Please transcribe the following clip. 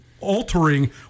altering